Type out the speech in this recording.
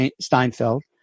steinfeld